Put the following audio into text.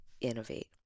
innovate